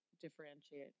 differentiate